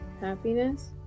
happiness